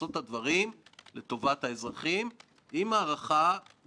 שלא רק שהוקמה אלא גם שהיה לה אומץ לפעול